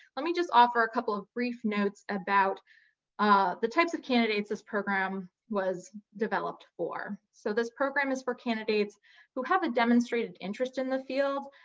let me just offer a couple of brief notes about ah the types of candidates this program was developed for. so this program is for candidates who have a demonstrated interest in the field,